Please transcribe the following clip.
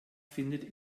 findet